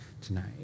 tonight